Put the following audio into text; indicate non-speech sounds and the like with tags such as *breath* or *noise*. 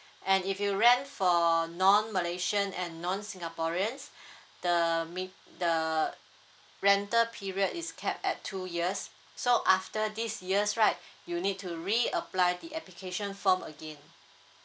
and if you rent for non malaysian and non singaporeans *breath* the mi~ the rental period is capped at two years so after this years right you need to reapply the application form again